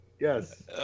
Yes